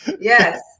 Yes